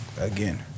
again